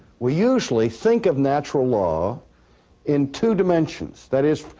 we usually think of natural law in two dimensions. that is,